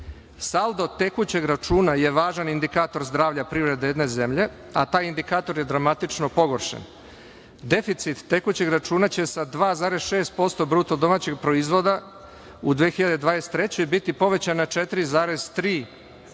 tekućeg računa je važan indikator zdravlja privrede jedne zemlje, a taj indikator je dramatično pogoršan. Deficit tekućeg računa će sa 2,6% bruto domaćeg proizvoda u 2023. godini biti povećan na 4,3%